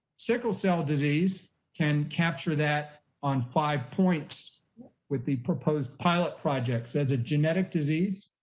sickle cell disease can capture that on five points with the proposed pilot projects as a genetic disease,